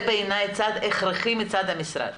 בעיניי זה צעד הכרחי מצד המשרד.